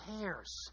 cares